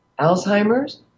Alzheimer's